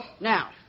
Now